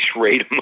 rate